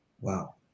wow